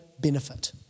benefit